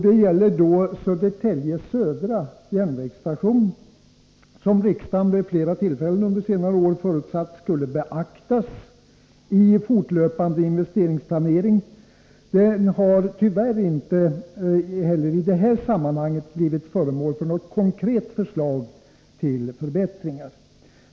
Det gäller då upprustningen av Södertälje södra järnvägsstation, som enligt vad riksdagen vid flera tillfällen förutsatt skulle beaktas i den fortlöpande investeringsplaneringen. Den har tyvärr inte heller i detta sammanhang blivit föremål för något konkret förslag till förbättringar.